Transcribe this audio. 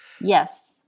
Yes